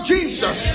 Jesus